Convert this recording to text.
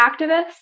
activists